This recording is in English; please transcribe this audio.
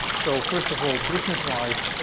so, first of all, business-wise,